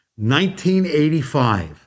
1985